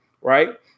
right